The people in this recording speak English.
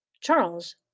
Charles